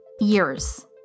Years